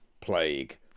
Plague